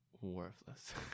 Worthless